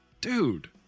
dude